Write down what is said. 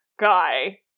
guy